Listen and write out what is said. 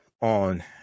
on